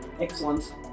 excellent